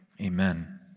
Amen